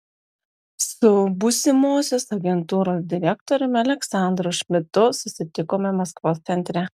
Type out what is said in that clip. su būsimosios agentūros direktoriumi aleksandru šmidtu susitikome maskvos centre